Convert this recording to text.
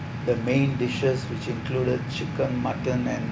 the main dishes which included chicken mutton and